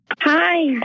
Hi